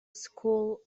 school